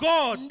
God